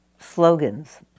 slogans